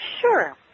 Sure